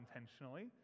intentionally